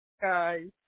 guys